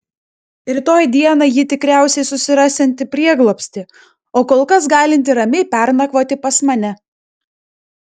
rytoj dieną ji tikriausiai susirasianti prieglobstį o kol kas galinti ramiai pernakvoti pas mane